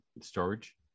storage